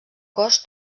cos